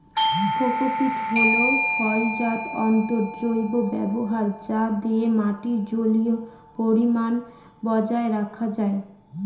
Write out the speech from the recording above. cocopeat হল ফলজাত তন্তুর জৈব ব্যবহার যা দিয়ে মাটির জলীয় পরিমান বজায় রাখা যায়